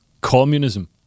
communism